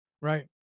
right